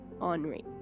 Henri